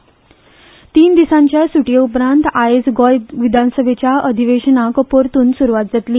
अधिवेशन तीन दिसांच्या सुटये उपरांत आयज गोंय विधानसभेच्या अधिवेशनाक परतुन सुरवात जातली